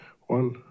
one